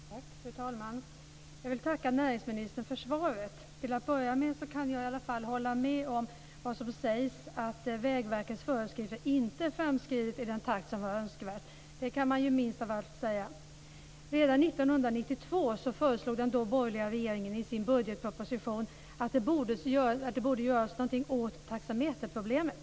Fru talman! Jag vill tacka näringsministern för svaret. Till att börja med kan jag hålla med om vad som sägs om att Vägverkets föreskrifter inte framskridit i den takt som var önskvärd. Det kan man minst av allt säga. Redan 1992 föreslog den borgerliga regeringen i sin budgetproposition att det borde göras någonting åt taxameterproblemet.